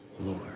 Lord